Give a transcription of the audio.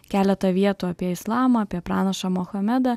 keletą vietų apie islamą apie pranašą mohamedą